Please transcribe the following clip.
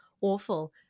awful